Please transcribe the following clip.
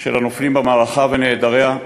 של הנופלים במערכה ונעדריה,